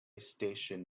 station